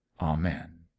Amen